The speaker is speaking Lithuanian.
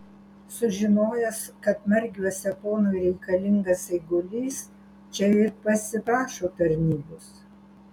sužinojęs kad margiuose ponui reikalingas eigulys čia ir pasiprašo tarnybos